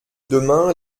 demain